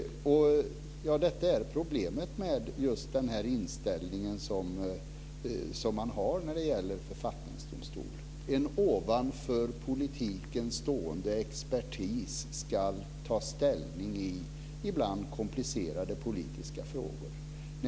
Detta är problemet med den inställning man har när det gäller författningsdomstol: En ovanför politiken stående expertis ska ta ställning i ibland komplicerade politiska frågor.